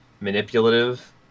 manipulative